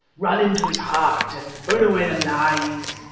run into his heart and burn away the lies!